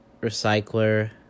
Recycler